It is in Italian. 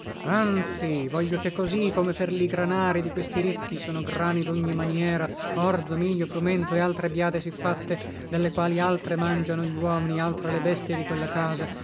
anzi voglio che così come per li granari di questi ricchi sono grani dogni maniera orzo miglio frumento e altre biade sì fatte delle quali altre mangiano gluomini altre le bestie di quella casa